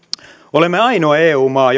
olemme ainoa eu maa